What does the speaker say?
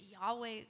Yahweh